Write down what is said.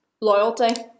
Loyalty